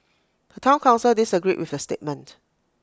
the Town Council disagreed with the statement